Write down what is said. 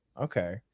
Okay